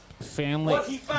Family